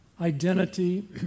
Identity